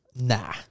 Nah